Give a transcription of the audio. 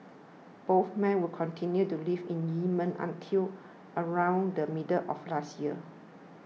both men would continue to live in Yemen until around the middle of last year